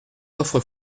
coffre